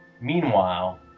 Meanwhile